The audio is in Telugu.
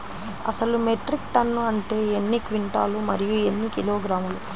అసలు మెట్రిక్ టన్ను అంటే ఎన్ని క్వింటాలు మరియు ఎన్ని కిలోగ్రాములు?